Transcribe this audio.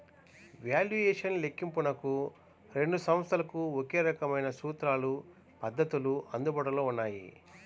valuation లెక్కింపునకు రెండు సంస్థలకు ఒకే రకమైన సూత్రాలు, పద్ధతులు అందుబాటులో ఉన్నాయి